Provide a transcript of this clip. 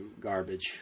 garbage